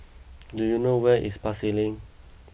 do you know where is Pasar Lane